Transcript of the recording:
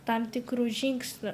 tam tikrų žingsnių